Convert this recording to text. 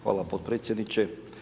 Hvala potpredsjedniče.